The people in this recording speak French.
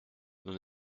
nous